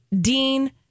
Dean